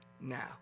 now